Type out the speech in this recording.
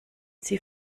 sie